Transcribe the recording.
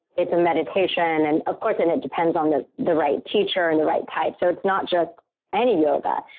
it's a meditation. and of course, then, and it depends on the the right teacher and the right type, so it's not just any yoga.